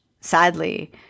sadly